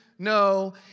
No